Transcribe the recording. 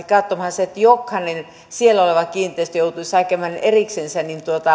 katsomaan sitä että jokainen siellä oleva kiinteistö joutuisi hakemaan eriksensä